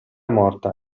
morta